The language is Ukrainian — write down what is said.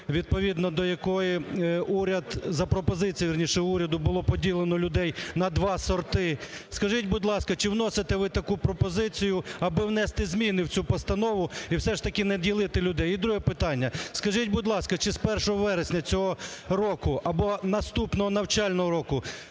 вірніше, уряду було поділено людей на два сорти. Скажіть, будь ласка, чи вносите ви таку пропозицію аби внести зміни в цю постанову і все ж таки не ділити людей? І друге питання. Скажіть, будь ласка, чи з 1 вересня цього року або наступного навчального року